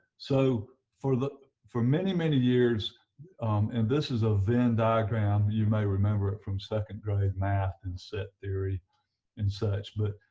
so for the for many many years and this is a venn diagram you may remember it from second grade math and set theory and such, but